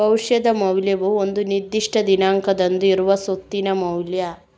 ಭವಿಷ್ಯದ ಮೌಲ್ಯವು ಒಂದು ನಿರ್ದಿಷ್ಟ ದಿನಾಂಕದಂದು ಇರುವ ಸ್ವತ್ತಿನ ಮೌಲ್ಯ